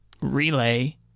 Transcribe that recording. Relay